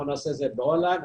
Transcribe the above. נעשה את זה באון ליין.